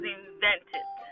invented